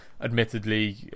admittedly